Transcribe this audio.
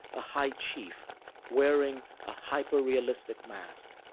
a high chief wearing a hyperrealistic mask.